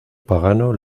pagano